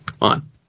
on